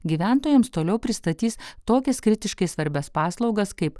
gyventojams toliau pristatys tokias kritiškai svarbias paslaugas kaip